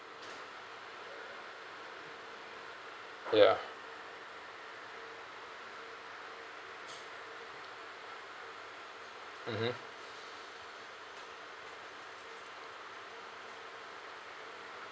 ya mmhmm